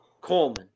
Coleman